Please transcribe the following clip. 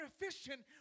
efficient